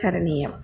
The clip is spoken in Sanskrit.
करणीयम्